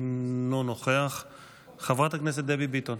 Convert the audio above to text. שערה, נאבקו,